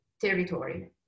territory